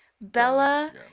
bella